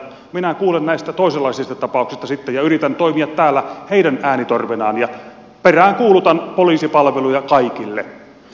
minä kuulen näistä toisenlaisista tapauksista sitten ja yritän toimia täällä heidän äänitorvenaan ja peräänkuulutan poliisipalveluja kaikille